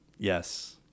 Yes